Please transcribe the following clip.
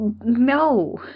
No